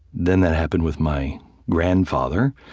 then that happened with my grandfather,